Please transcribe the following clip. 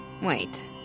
Wait